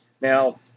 Now